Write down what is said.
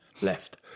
left